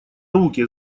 руки